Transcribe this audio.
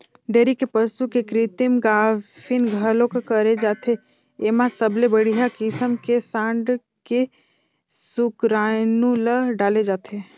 dairy के पसू के कृतिम गाभिन घलोक करे जाथे, एमा सबले बड़िहा किसम के सांड के सुकरानू ल डाले जाथे